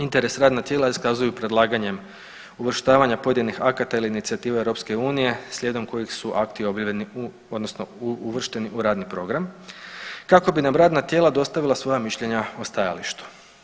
Interes radna tijela iskazuju predlaganjem uvrštavanja pojedinih akata ili inicijativa Europske unije slijedom kojih su akti objavljeni odnosno uvršteni u radni program kako bi nam radna tijela dostavila svoja mišljenja o stajalištu.